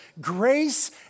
grace